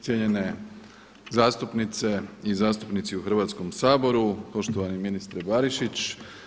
Cijenjene zastupnice i zastupnici u Hrvatskom saboru, poštovani ministre Barišić.